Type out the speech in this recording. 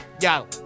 yo